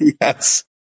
Yes